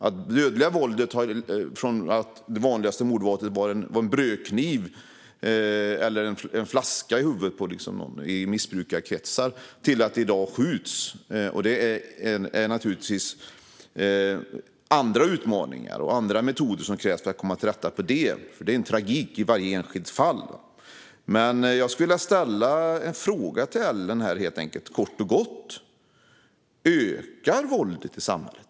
Det har gått från att det farligaste mordvapnet var en brödkniv eller en flaska i huvudet på någon i missbrukarkretsar till att det i dag skjuts. Det innebär andra utmaningar, som det krävs andra metoder för att komma till rätta med. Varje enskilt fall är en tragedi. Jag skulle vilja ställa en kort fråga till Ellen. Ökar våldet i samhället?